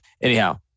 Anyhow